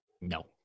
no